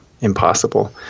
impossible